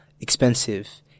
expensive